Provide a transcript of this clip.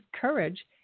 courage